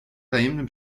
tajemnym